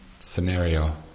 scenario